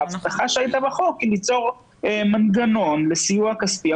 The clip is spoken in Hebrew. ההבטחה שהייתה בחוק היא ליצור מנגנון לסיוע כספי,